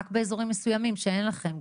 רק באזורים מסוימים שאין לכם.